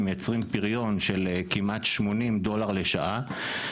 מייצרים פריון של כמעט 80 דולר לשעה,